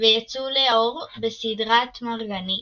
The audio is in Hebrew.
ויצאו לאור בסדרת "מרגנית"